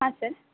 ಹಾಂ ಸರ್